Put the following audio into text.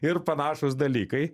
ir panašūs dalykai